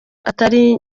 atari